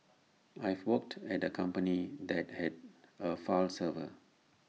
I've worked at A company that had A file server